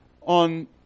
on